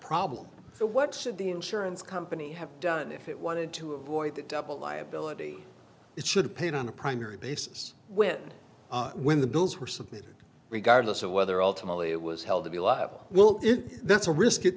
problem so what should the insurance company have done if it wanted to avoid the double liability it should have paid on a primary basis with when the bills were submitted regardless of whether all tamale it was held to be alive will it that's a risk it